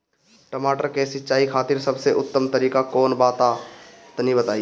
टमाटर के सिंचाई खातिर सबसे उत्तम तरीका कौंन बा तनि बताई?